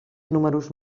números